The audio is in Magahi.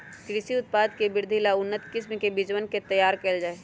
कृषि उत्पाद के वृद्धि ला उन्नत किस्म के बीजवन के तैयार कइल जाहई